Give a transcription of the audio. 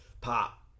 Pop